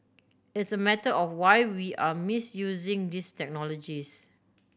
it's a matter of why we are misusing these technologies